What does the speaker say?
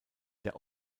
der